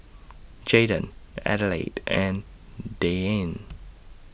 Jaden Adelaide and Deane